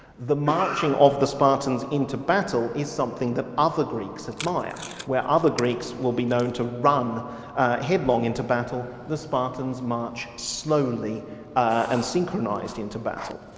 the marching of the spartans into battle is something that other greeks admire where other greeks will be known to run headlong into battle, the spartans march slowly and synchronised into battle.